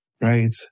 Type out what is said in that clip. Right